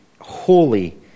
holy